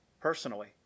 personally